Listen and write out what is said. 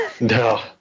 No